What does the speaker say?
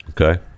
Okay